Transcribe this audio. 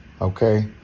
Okay